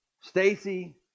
Stacy